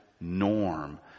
norm